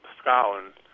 Scotland